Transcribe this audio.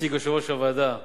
יציג יושב-ראש הוועדה המשותף,